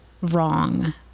wrong